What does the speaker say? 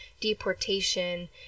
deportation